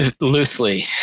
Loosely